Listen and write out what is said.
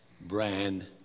brand